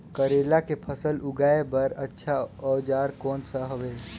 करेला के फसल उगाई बार अच्छा औजार कोन सा हवे?